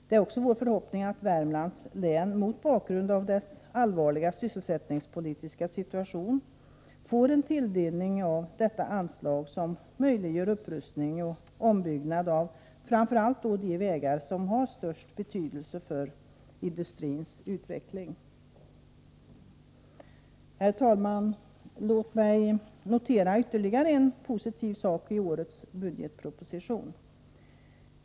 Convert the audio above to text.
Det är också vår förhoppning att Värmlands län, mot bakgrund av dess allvarliga sysselsättningspolitiska situation, skall få en tilldelning av detta anslag som möjliggör upprustning och ombyggnad av framför allt de vägar som har störst betydelse för industrins utveckling. Herr talman! Låt mig notera ytterligare en positiv sak i årets budgetproposition.